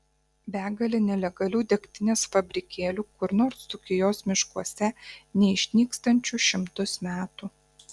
begalė nelegalių degtinės fabrikėlių kur nors dzūkijos miškuose neišnykstančių šimtus metų